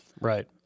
right